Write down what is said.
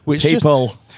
People